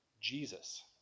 Jesus